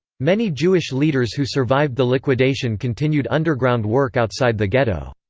many jewish leaders who survived the liquidation continued underground work outside the ghetto.